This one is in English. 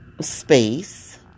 space